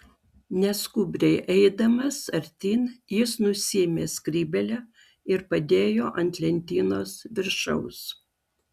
neskubriai eidamas artyn jis nusiėmė skrybėlę ir padėjo ant lentynos viršaus